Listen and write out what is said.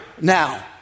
now